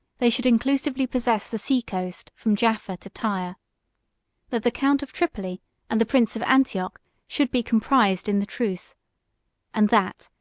they should inclusively possess the sea-coast from jaffa to tyre that the count of tripoli and the prince of antioch should be comprised in the truce and that,